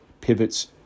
Pivots